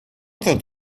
that